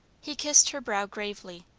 he kissed her brow gravely,